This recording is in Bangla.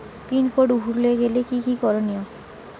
পিন কোড ভুলে গেলে কি কি করনিয়?